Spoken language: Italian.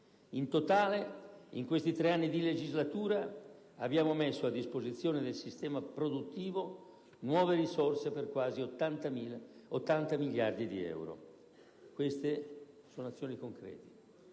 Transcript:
In totale, in questi tre anni di legislatura, abbiamo messo a disposizione del sistema produttivo nuove risorse per quasi 80 miliardi di euro. Queste sono azioni concrete,